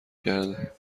کرده